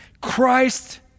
Christ